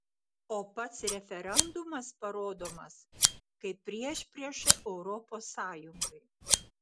o pats referendumas parodomas kaip priešprieša europos sąjungai